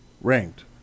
ranked